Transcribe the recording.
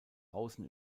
außen